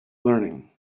learning